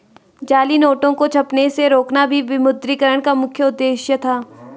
जाली नोटों को छपने से रोकना भी विमुद्रीकरण का मुख्य उद्देश्य था